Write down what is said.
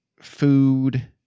food